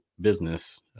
business